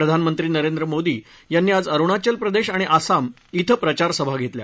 प्रधानमंत्री नरेंद्र मोदी यांनी आज अरुणाचल प्रदेश आणि आसाम इथं प्रचार सभा घेतल्या